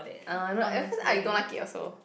uh you know at first I don't like it also